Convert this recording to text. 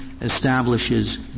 establishes